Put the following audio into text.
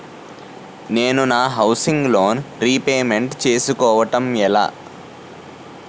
నేను నా housing loan repayment చేసుకోవటం ఎలా?